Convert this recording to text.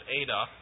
Ada